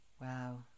Wow